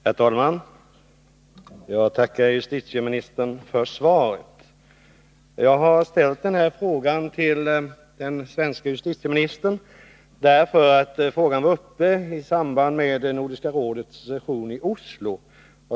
Herr talman! Jag tackar justitieministern för svaret. Jag har ställt denna fråga till den svenske justitieministern därför att ärendet var uppe i samband med Nordiska rådets session i Oslo.